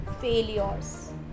failures